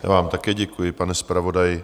Já vám také děkuji, pan zpravodaji.